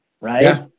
Right